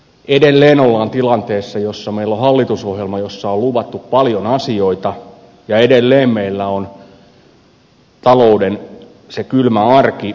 edelleen ollaan tilanteessa jossa meillä on hallitusohjelma jossa on luvattu paljon asioita ja edelleen meillä on se talouden kylmä arki